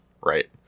Right